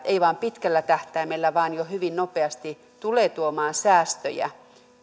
ei vain pitkällä tähtäimellä vaan jo hyvin nopeasti tulee tuomaan säästöjä